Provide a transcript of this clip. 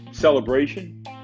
celebration